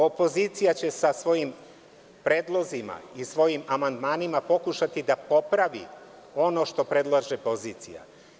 Opozicija će sa svojim predlozima i svojim amandmanima pokušati da popravi ono što predlaže pozicija.